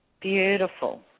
Beautiful